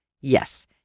Yes